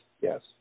yes